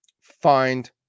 find